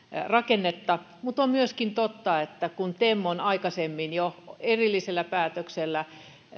rakennetta mutta on myöskin totta että kun tem on aikaisemmin jo erillisellä päätöksellä